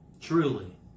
Truly